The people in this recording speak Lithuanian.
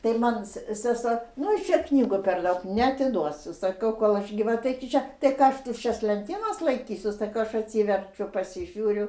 tai man sesuo nu čia knygų per daug neatiduosiu sakau kol aš gyva taigi čia tai ką aš tuščias lentynas laikysiu sakau aš atsiverčiu pasižiūriu